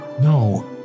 No